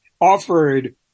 offered